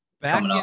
Back